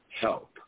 Help